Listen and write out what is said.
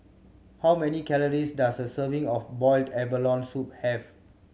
how many calories does a serving of boiled abalone soup have